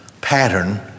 pattern